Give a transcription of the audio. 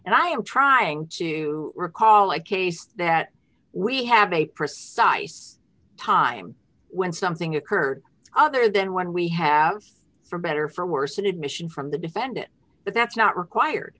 and i am trying to recall i case that we have a precise time when something occurred other than when we have for better or for worse an admission from the defendant that's not required